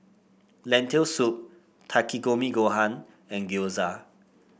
Lentil Soup Takikomi Gohan and Gyoza